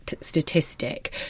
statistic